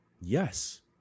Yes